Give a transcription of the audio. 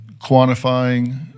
quantifying